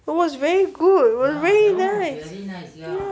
it was very good was really nice